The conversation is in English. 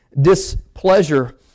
displeasure